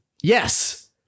Yes